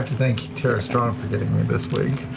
thank tara strong for getting me this wig.